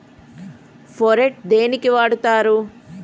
Phorate దేనికి వాడుతరు?